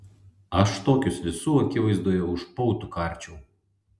aš tokius visų akivaizdoje už pautų karčiau